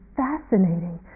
fascinating